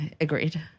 agreed